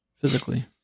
physically